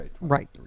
Right